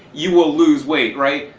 you will lose weight right?